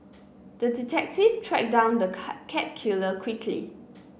the detective tracked down the cat killer quickly